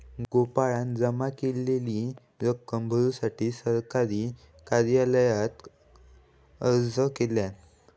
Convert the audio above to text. गोपाळान जमा केलेली रक्कम भरुसाठी सरकारी कार्यालयात अर्ज केल्यान